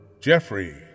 Jeffrey